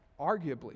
arguably